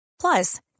Plus